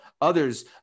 Others